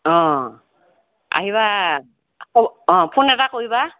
অ আহিবা অ ফোন এটা কৰিবা